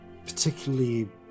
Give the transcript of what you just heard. particularly